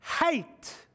hate